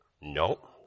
No